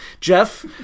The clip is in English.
Jeff